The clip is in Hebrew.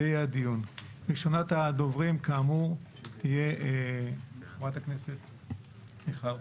ראשונת הדוברים כאמור, חברת הכנסת מיכל רוזין.